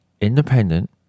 independent